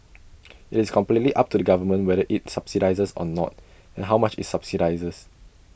IT is completely up to the government whether IT subsidises or not and how much IT subsidises